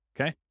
okay